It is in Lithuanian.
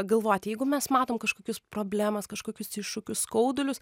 galvoti jeigu mes matom kažkokius problemas kažkokius iššūkius skaudulius